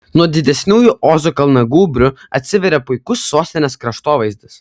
nuo didesniųjų ozo kalnagūbrių atsiveria puikus sostinės kraštovaizdis